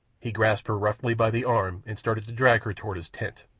he grasped her roughly by the arm and started to drag her toward his tent.